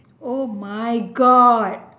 oh my god